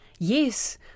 Yes